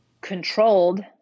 controlled